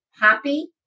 poppy